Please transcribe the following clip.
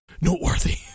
Noteworthy